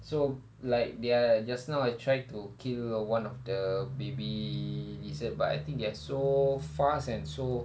so like they are just now I try to kill one of the baby lizard but I think they are so fast and so